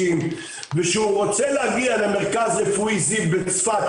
ושהוא רוצה להגיע למרכז רפואי זיו בצפת,